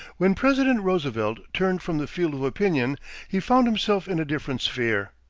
when president roosevelt turned from the field of opinion he found himself in a different sphere.